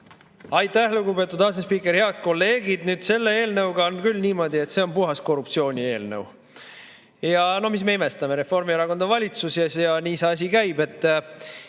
Aitäh, lugupeetud asespiiker! Head kolleegid! Selle eelnõuga on küll niimoodi, et see on puhas korruptsioonieelnõu. No mis me imestame, Reformierakond on valitsuses ja nii see asi käib! Ei